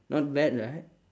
not bad right